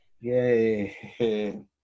yay